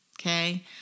okay